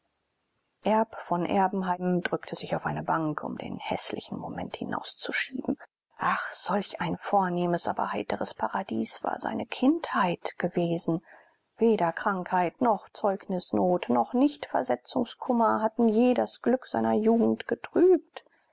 von erbenheim drückte sich auf eine bank um den häßlichen moment hinauszuschieben ach solch ein vornehmes aber heiteres paradies war seine kindheit gewesen weder krankheit noch zeugnisnot noch nichtversetzungskummer hatten je das glück seiner jugend getrübt